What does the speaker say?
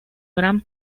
gran